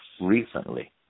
recently